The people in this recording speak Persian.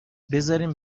بذارین